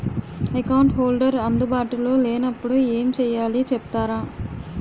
Account holder అందు బాటులో లే నప్పుడు ఎం చేయాలి చెప్తారా?